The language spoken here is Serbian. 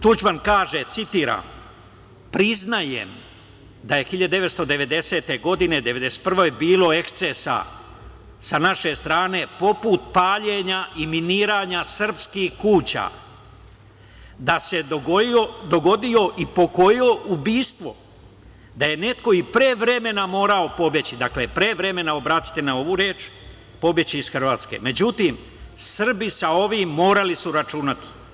Tuđman kaže, a ja citiram – priznajem da je 1990. godine, 1991. godine, bilo ekscesa sa naše strane poput paljenja i miniranja srpskih kuća, da se dogodilo i po koje ubistvo, da je neko i pre vremena morao pobeći, pre vremena, obratite pažnju na ovu reč, iz Hrvatske, međutim Srbi su sa ovim morali računati.